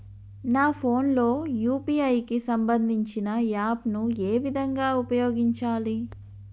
నా ఫోన్ లో యూ.పీ.ఐ కి సంబందించిన యాప్ ను ఏ విధంగా ఉపయోగించాలి?